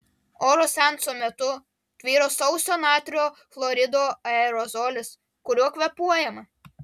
oro seanso metu tvyro sauso natrio chlorido aerozolis kuriuo kvėpuojama